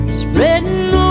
spreading